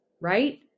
right